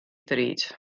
ddrud